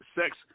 sex